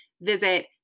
Visit